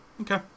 Okay